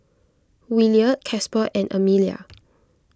Williard Casper and Emilia